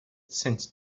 since